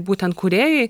būtent kūrėjai